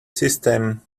system